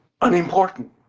unimportant